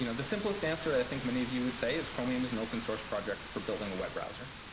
you know the simplest answer i think many of you would say is chromium is an open-source project for building a web browser,